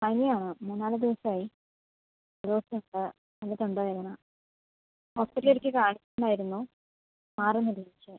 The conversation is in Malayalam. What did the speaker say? പനി ആണ് മൂന്നാല് ദിവസമായി ഡോക്ടർ നല്ല തൊണ്ടവേദന ഹോസ്പ്പിറ്റലിൽ ഒരിക്കൽ കാണിച്ചിട്ടുണ്ടായിരുന്നു മാറുന്നില്ല പക്ഷെ